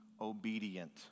obedient